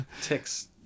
Ticks